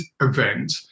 event